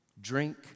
Drink